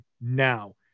now